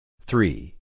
three